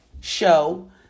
show